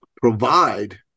provide